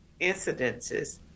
incidences